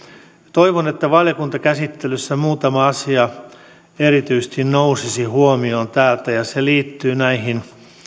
toivon että valiokuntakäsittelyssä muutama asia täältä erityisesti nousisi huomioon se liittyy